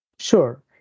Sure